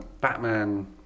Batman